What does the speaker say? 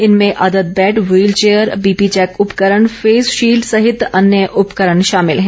इनमें अदद bed wheel chair BP check उपकरण फेस शील्ड सहित अन्य उपकरण शामिल हैं